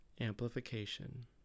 Amplification